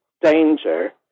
danger